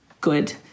good